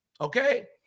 Okay